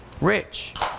Rich